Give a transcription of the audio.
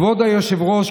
כבוד היושב-ראש,